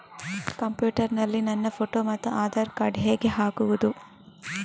Computer ನಲ್ಲಿ ನನ್ನ photo ಮತ್ತು ಆಧಾರ್ ಕಾರ್ಡ್ ಹೇಗೆ ಹಾಕುವುದು?